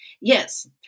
Yes